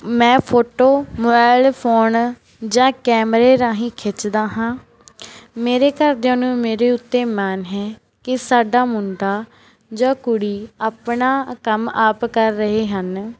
ਮੈਂ photo mobile phone ਜਾਂ ਕੈਮਰੇ ਰਾਹੀਂ ਖਿੱਚਦਾ ਹਾਂ ਮੇਰੇ ਘਰਦਿਆਂ ਨੂੰ ਮੇਰੇ ਉੱਤੇ ਮਾਣ ਹੈ ਕਿ ਸਾਡਾ ਮੁੰਡਾ ਜਾਂ ਕੁੜੀ ਆਪਣਾ ਕੰਮ ਆਪ ਕਰ ਰਹੇ ਹਨ